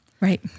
Right